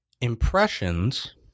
Impressions